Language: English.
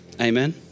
Amen